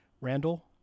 Randall